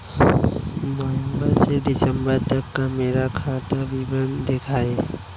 नवंबर से दिसंबर तक का मेरा खाता विवरण दिखाएं?